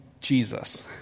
Jesus